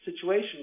situation